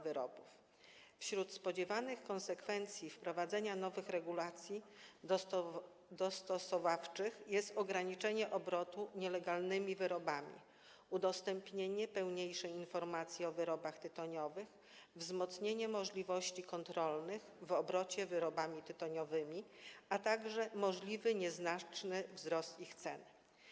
Wśród spodziewanych konsekwencji wprowadzenia nowych regulacji dostosowawczych jest ograniczenie obrotu nielegalnymi wyrobami, udostępnienie pełniejszej informacji o wyrobach tytoniowych, wzmocnienie możliwości kontrolnych w obrocie wyrobami tytoniowymi, a także możliwy nieznaczny wzrost ich cen.